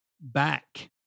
back